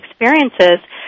experiences